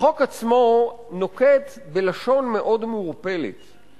החוק עצמו נוקט לשון מאוד מעורפלת,